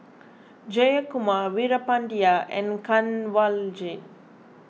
Jayakumar Veerapandiya and Kanwaljit